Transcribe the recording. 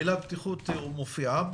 המילה בטיחות מופיעה?